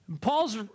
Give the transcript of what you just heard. Paul's